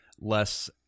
less